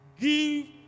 give